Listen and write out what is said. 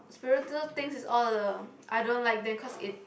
spiritual things is all the I don't that cause it's